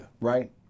Right